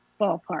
ballpark